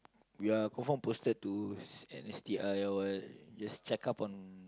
we are confirm posted to an S_T_I loh just check up on